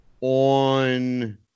on